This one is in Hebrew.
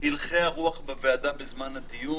הלכי הרוח בוועדה בזמן הדיון?